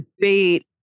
debate